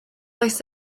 oes